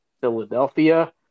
Philadelphia